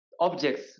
objects